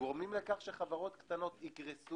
וגורמים לכך שחברות קטנות יקרסו,